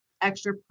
extra